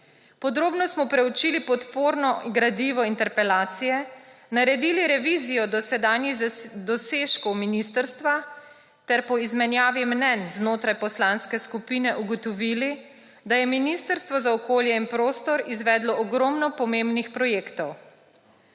Podrobno smo preučili podporno gradivo interpelacije, naredili revizije dosedanjih dosežkov ministrstva ter po izmenjavi mnenje znotraj poslanske skupine ugotovili, da je Ministrstvo za okolje in prostor izvedlo ogromno pomembnih projektov.